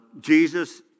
Jesus